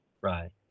Right